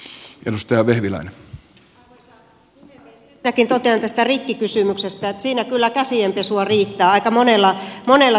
ensinnäkin totean tästä rikkikysymyksestä että siinä kyllä käsienpesua riittää aika monella tasolla